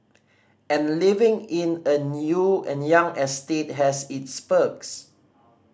and living in a new and young estate has its perks